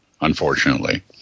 unfortunately